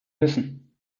müssen